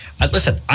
Listen